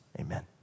Amen